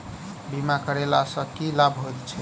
बीमा करैला सअ की लाभ होइत छी?